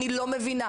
אני לא מבינה.